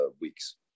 weeks